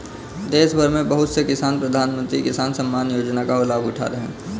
देशभर में बहुत से किसान प्रधानमंत्री किसान सम्मान योजना का लाभ उठा रहे हैं